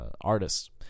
artists